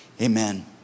Amen